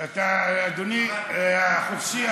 אתה, אדוני, חופשי.